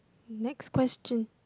next question